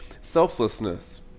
selflessness